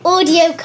Audio